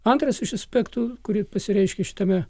antras iš aspektų kuris pasireiškia šitame